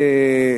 לכן,